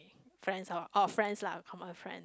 friend or friends lah common friends